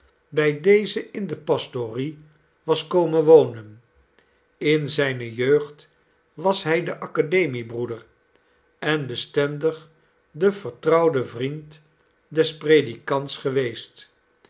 bij dezen in de pastorie was komen wonen in zijne jeugd was hij de academiebroeder en bestendig de vertrouwde vriend des predikants geweest